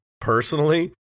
personally